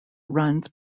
runs